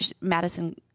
Madison